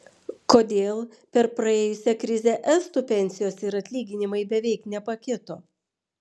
kodėl per praėjusią krizę estų pensijos ir atlyginimai beveik nepakito